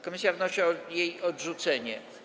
Komisja wnosi o jej odrzucenie.